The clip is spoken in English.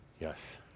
Yes